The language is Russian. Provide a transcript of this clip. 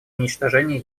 уничтожения